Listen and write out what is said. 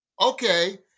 okay